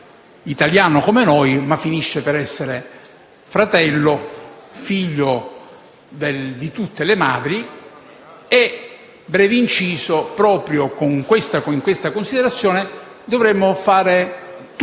italiano come noi: egli finisce per essere fratello, figlio di tutte le madri, e proprio con questa considerazione dovremmo fare tutti